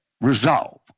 Resolve